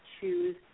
choose